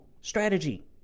strategy